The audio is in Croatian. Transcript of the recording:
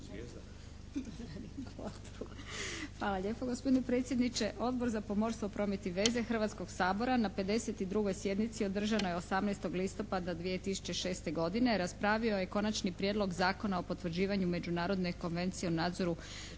Hvala lijepo gospodine predsjedniče. Odbor za pomorstvo, promet i veze Hrvatskog sabora na 52. sjednici održanoj 18. listopada 2006. godine raspravio je Konačni prijedlog zakona o potvrđivanju Međunarodne konvencije o nadzoru štetnih sustava